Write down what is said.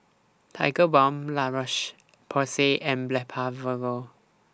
Tigerbalm La Roche Porsay and Blephagel